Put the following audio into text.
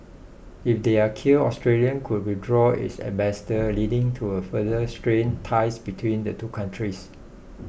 if they are killed Australia could withdraw its ambassador leading to a further strained ties between the two countries